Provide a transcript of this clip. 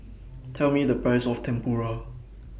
Tell Me The Price of Tempura